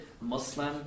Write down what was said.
Muslim